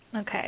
Okay